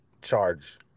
charge